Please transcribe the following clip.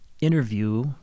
interview